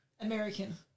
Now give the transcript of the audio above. American